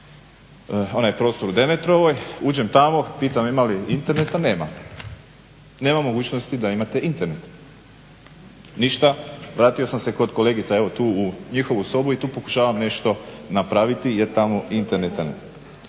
onaj prostor u Demetrovoj. Uđem tamo, pitam ima li interneta nema. Nema mogućnosti da imate Internet. Ništa, vratio sam se kod kolegica tu u njihovu sobu i tu pokušavam nešto napraviti jer tamo interneta nema.